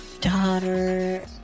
daughter